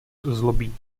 zlobí